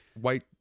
white